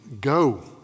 go